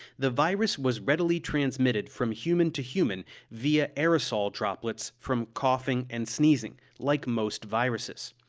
the virus was readily transmitted from human to human via aerosol droplets from coughing and sneezing, like most viruses.